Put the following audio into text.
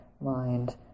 mind